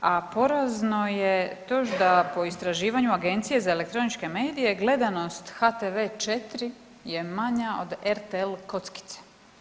A porazno je to da po istraživanju Agencije za elektroničke medije gledanost HTV4 je manja od RTL kockice.